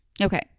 okay